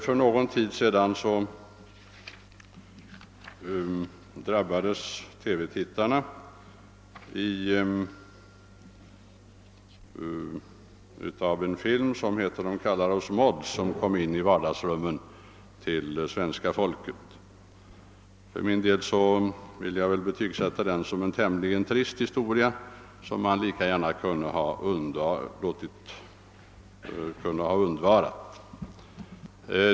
För någon tid sedan drabbades TV-tittarna av en film som heter >»Dom kallar oss mods«, som kom in i vardagsrummen till svenska folket. För min del vill jag betygsätta den som en tämligen trist historia, som man lika gärna kunde undvarat.